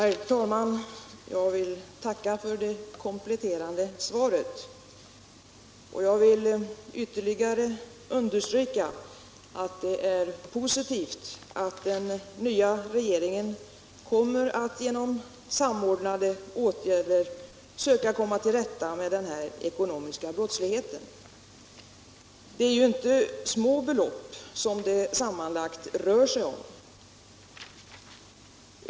Herr talman! Jag vill tacka för det kompletterande svaret och ytterligare understryka att det är positivt att den nya regeringen ämnar genom samordnade åtgärder söka komma till rätta med den ekonomiska brottsligheten. Det är inte små belopp som det sammanlagt rör sig om.